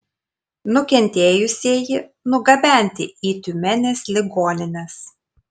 nukentėjusieji nugabenti į tiumenės ligonines